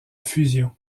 fusion